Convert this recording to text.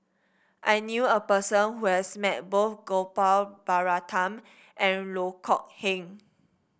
I knew a person who has met both Gopal Baratham and Loh Kok Heng